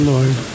Lord